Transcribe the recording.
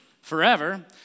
forever